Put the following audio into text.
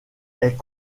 est